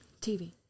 TV